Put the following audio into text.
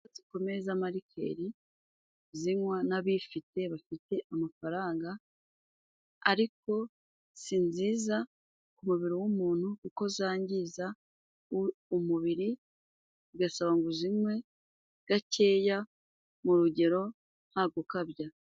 Inzoga zikomeye z'amarikeri, zinywa n'abifite bafite amafaranga. Ariko si nziza ku mubiri w'umuntu kuko zangiza umubiri, bigasaba ngo uzinywe gakeya mu rugero nta gukabya.